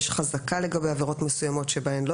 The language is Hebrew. יש חזקה לגבי עבירות מסוימות בהן לא